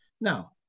Now